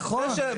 נכון.